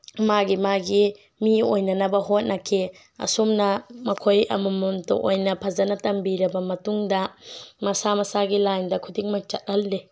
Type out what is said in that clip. ꯃꯥꯒꯤ ꯃꯥꯒꯤ ꯃꯤ ꯑꯣꯏꯅꯅꯕ ꯍꯣꯠꯅꯈꯤ ꯑꯁꯨꯝꯅ ꯃꯈꯣꯏ ꯑꯃ ꯃꯝꯇ ꯑꯣꯏꯅ ꯐꯖꯅ ꯇꯝꯕꯤꯔꯕ ꯃꯇꯨꯡꯗ ꯃꯁꯥ ꯃꯁꯥꯒꯤ ꯂꯥꯏꯟꯗ ꯈꯨꯗꯤꯡꯃꯛ ꯆꯠꯍꯜꯂꯤ